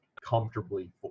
comfortably